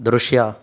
ದೃಶ್ಯ